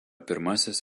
pirmasis